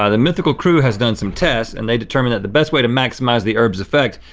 ah the mythical crew has done some tests, and they determined that the best way to maximize the herb's effect,